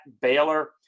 Baylor